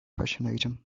fascination